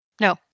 No